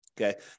Okay